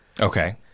Okay